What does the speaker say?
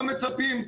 מה מצפים?